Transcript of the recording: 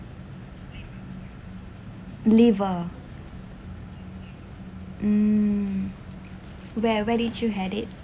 liver mm where where did you had it